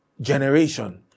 generation